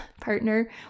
partner